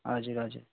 हजुर हजुर